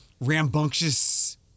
rambunctious